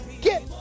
Get